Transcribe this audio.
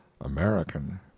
American